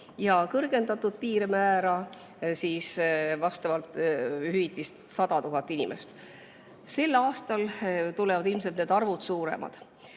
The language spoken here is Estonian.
ja kõrgendatud piirmäära vastavat hüvitist 100 000 inimest. Sel aastal tulevad ilmselt need arvud suuremad.